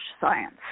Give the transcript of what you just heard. science